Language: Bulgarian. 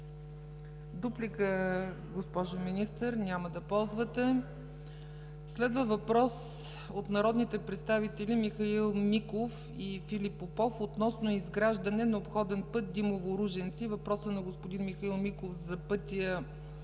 Дуплика, госпожо Министър? Няма да ползвате. Следва въпрос от народните представители Михаил Миков и Филип Попов относно изграждане на обходен път Димово – Ружинци. Въпросът на господин Михаил Миков е за пътя